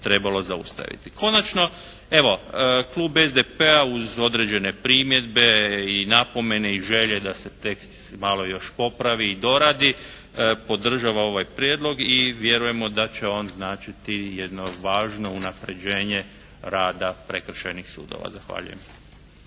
trebalo zaustaviti. Konačno evo, klub SDP-a uz određene primjedbe i napomene i želje da se tekst malo još popravi i doradi podržava ovaj prijedlog i vjerujemo da će oni značiti jedno važno unapređenje rada Prekršajnih sudova. Zahvaljujem.